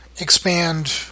expand